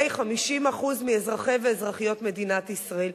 50% מאזרחי ואזרחיות מדינת ישראל.